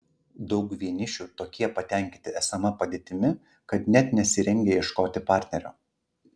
daug vienišių tokie patenkinti esama padėtimi kad net nesirengia ieškoti partnerio